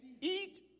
Eat